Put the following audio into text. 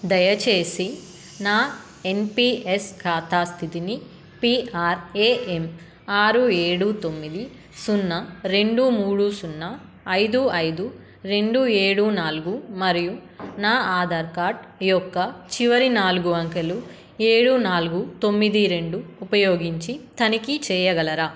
దయచేసి నా ఎన్పీఎస్ ఖాతా స్థితిని పీఆర్ఏఎమ్ ఆరు ఏడు తొమ్మిది సున్నా రెండు మూడు సున్నా ఐదు ఐదు రెండు ఏడు నాలుగు మరియు నా ఆధార్ కార్డ్ యొక్క చివరి నాలుగు అంకెలు ఏడు నాలుగు తొమ్మిది రెండు ఉపయోగించి తనిఖీ చేయగలరా